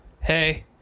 Hey